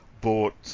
bought